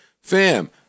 fam